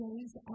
days